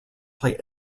play